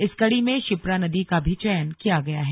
इस कड़ी में शिप्रा नदी का भी चयन किया गया है